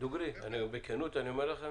מדכא